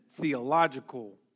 theological